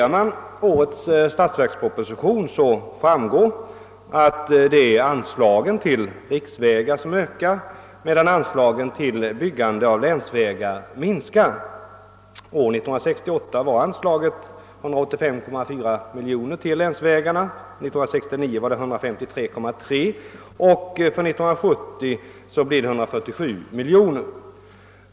Av årets statsverksproposition framgår att anslagen till riksvägar ökar, medan anslagen till byggande av länsvägar minskar. År 1968 var anslaget till länsvägarna 185,4 miljoner kronor, 1969 var det 153,3 och 1970 blir det 147 miljoner.